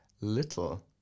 little